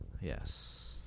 Yes